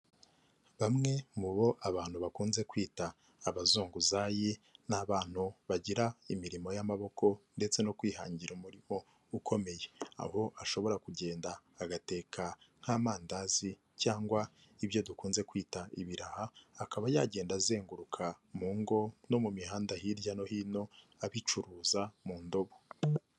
Bamwe mu bo abantu bakunze kwita abazunguzayi ni abantu bagira imirimo y'amaboko ndetse no kwihangira umurimo ukomeye, aho ashobora kugenda agateka nk'amandazi cyangwa ibyo dukunze kwita ibiraha akaba yagenda azenguruka mu ngo no mu mihanda hirya no hino abicuruza mu ndobo.